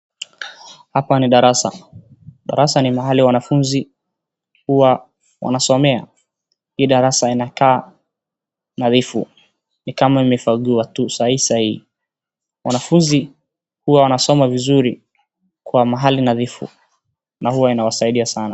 Hapa ni darasa. Darasa ni mahali wanafunzi huwa wanasomea. Hii darasa inakaa nadhifu ni kama imefagiwa tu sahii sahii. Wanafunzi huwa wanasoma vizuri kwa mahali nadhifu na huwa inawasaidia sana.